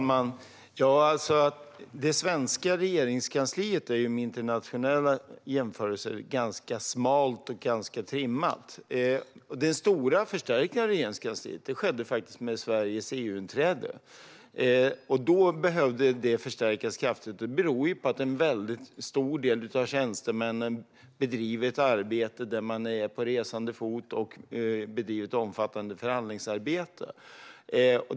Herr talman! Det svenska regeringskansliet är vid internationella jämförelser ganska smalt och ganska trimmat. Den stora förstärkningen av Regeringskansliet skedde faktiskt vid Sveriges EU-inträde. Då behövde det förstärkas kraftigt, beroende på att en stor del av tjänstemännen är på resande fot och bedriver ett omfattande förhandlingsarbete.